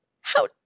How